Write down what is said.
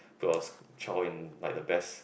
to us child in like the best